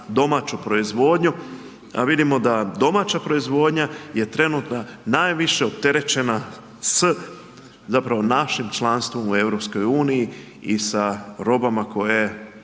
domaću proizvodnju, a vidimo da domaća proizvodnja je trenutno najviše opterećena s našim članstvom u EU i sa robama koje